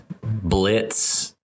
blitz